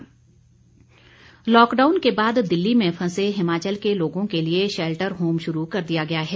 shelter home lockdown के बाद दिल्ली में फंसे हिमाचल के लोगों के लिए शैल्टर होम शुरू कर दिया गया है